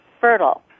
fertile